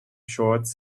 shorts